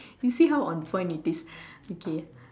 you see how on point it is okay